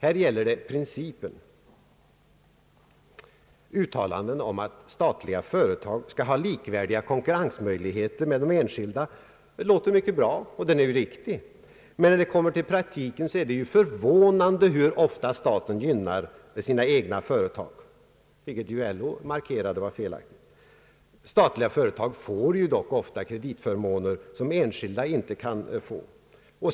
Här gäller det principen. Uttalanden om att statliga företag skall ha likvärdiga konkurrensmöjligheter med de enskilda låter mycket bra men när det kommer till praktiken är det förvånande att konstatera hur ofta staten gynnar sina egna företag, vilket LO i det citerade yttrandet markerade var felaktigt. Statliga företag får dock ofta kreditförmåner, som enskilda inte kan få.